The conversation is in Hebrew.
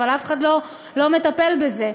אבל אף אחד לא מטפל בזה.